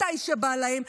מתי שבא להם,